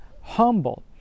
humble